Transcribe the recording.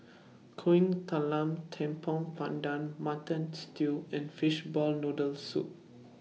Kuih Talam Tepong Pandan Mutton Stew and Fishball Noodle Soup